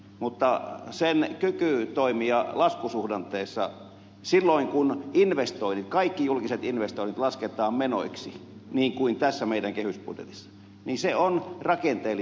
mutta sen kyky toimia laskusuhdanteessa silloin kun kaikki julkiset investoinnit lasketaan menoiksi niin kuin tässä meidän kehysbudjetissamme on rakenteellinen virhe